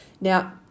Now